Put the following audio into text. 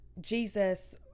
Jesus